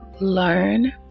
learn